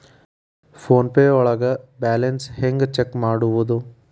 Phone pay ಒಳಗ balance ಹೆಂಗ್ check ಮಾಡುವುದು?